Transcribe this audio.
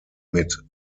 mit